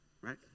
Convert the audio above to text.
right